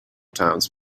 times